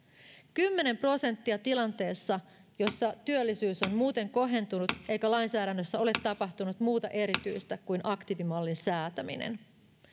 kymmenen prosenttia tilanteessa jossa työllisyys on muuten kohentunut eikä lainsäädännössä ole tapahtunut muuta erityistä kuin aktiivimallin säätäminen